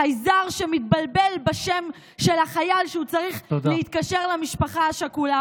חייזר שמתבלבל בשם של החייל כשהוא צריך להתקשר למשפחה השכולה,